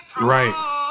Right